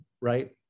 right